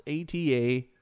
ATA